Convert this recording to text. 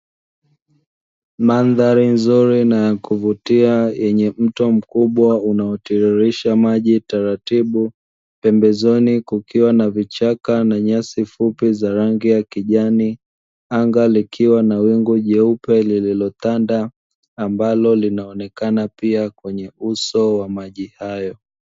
Mandhari nzuri na ya kuvutia yenye mto mkubwa unaotiririsha maji taratibu pembezoni kukiwa na vichaka na nyasi fupi za rangi ya kijani. Anga likiwa na wingu jeupe lililotanda ambalo linaonekana pia kwenye uso wa maji hayo.